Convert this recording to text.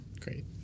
Great